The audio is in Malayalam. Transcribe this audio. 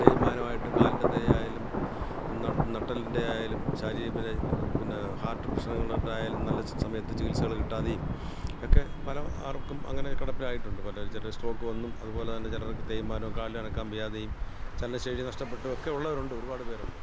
തേയ്മാനമായിട്ടും കാലിൻ്റെ തേയായാലും നട്ടെല്ലിൻ്റെ ആയാലും ശാരീരിക പിന്നെ ഹാർട്ട് പ്രശ്നങ്ങൾ ഉണ്ടായാലും നല്ല സമയത്ത് ചികിത്സകൾ കിട്ടാതെയും ഒക്കെ പല ആർക്കും അങ്ങനെ കിടപ്പിലായിട്ടുണ്ട് പലരും ചിലർ സ്ട്രോക്ക് വന്നും അതുപോലെ തന്നെ ചിലർക്ക് തേയ്മാനം കാലനക്കാൻ വയ്യാതെയും ചലനശേഷി നഷ്ടപ്പെട്ടൊക്കെ ഉള്ളവരുണ്ട് ഒരുപാട് പേരുണ്ട്